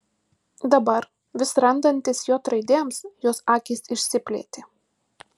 dabar vis randantis j raidėms jos akys išsiplėtė